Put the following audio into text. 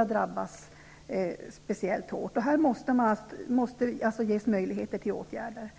att drabbas speciellt hårt. Här måste ges möjligheter till åtgärder.